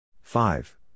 five